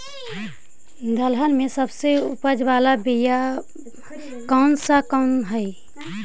दलहन में सबसे उपज बाला बियाह कौन कौन हइ?